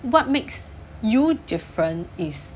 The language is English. what makes you different is